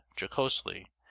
jocosely